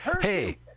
hey